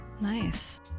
Nice